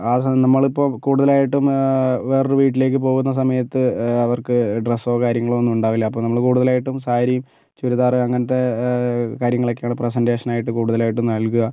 ആ സമ നമ്മളിപ്പം കൂടുതലായിട്ടും വേറൊരു വീട്ടിലേക്ക് പോകുന്ന സമയത്ത് അവർക്ക് ഡ്രസ്സോ കാര്യങ്ങളോ ഒന്നും ഉണ്ടാവില്ല അപ്പം നമ്മള് കൂടുതലായിട്ടും സാരി ചുരിദാറ് അങ്ങനത്തെ കാര്യങ്ങളൊക്കെയാണ് പ്രസന്റേഷൻ ആയിട്ട് കൂടുതലായിട്ടും നൽകുക